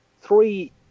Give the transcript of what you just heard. three